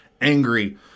angry